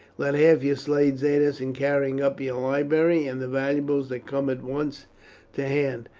let half your slaves aid us in carrying up your library and the valuables that come at once to hand,